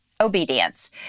obedience